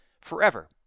forever